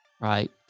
right